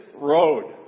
Road